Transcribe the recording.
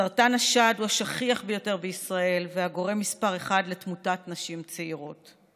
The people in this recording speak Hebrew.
סרטן השד הוא השכיח ביותר בישראל והגורם מספר אחת לתמותת נשים צעירות.